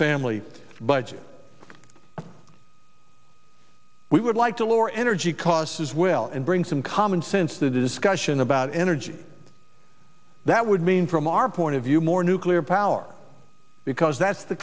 family budget we would like to lower energy costs as well and bring some common sense the discussion about energy that would mean from our point of view more nuclear power because that's the